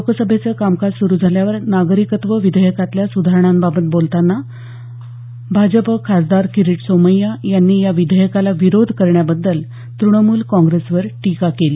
लोकसभेचं कामकाज सुरू झाल्यावर नागरिकत्व विधेयकातल्या सुधारणांबाबत बोलताना भाजप खासदार किरिट सोमैय्या यांनी या विधेयकाला विरोध करण्याबद्दल तृणमूल काँग्रेसवर टीका केली